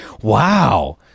Wow